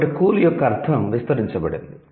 కాబట్టి 'కూల్' యొక్క అర్ధం విస్తరించబడింది